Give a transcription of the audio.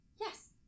Yes